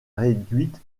réduite